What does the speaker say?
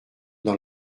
dans